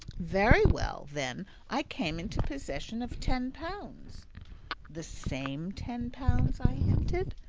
very well! then i came into possession of ten pounds the same ten pounds, i hinted.